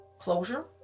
Closure